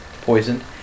poisoned